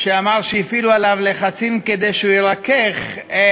שאמר שהפעילו עליו לחצים כדי שהוא ירכך את